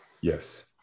Yes